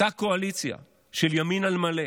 אותה קואליציה של ימין על מלא,